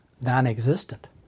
non-existent